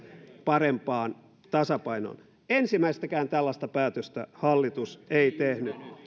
parempaan tasapainoon ensimmäistäkään tällaista päätöstä hallitus ei tehnyt